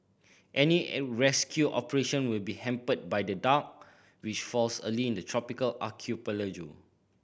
any rescue operation will be hampered by the dark which falls early in the tropical archipelago